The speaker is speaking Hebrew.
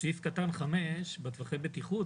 סעיף קטן 5 בטווחי הבטיחות